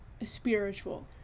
spiritual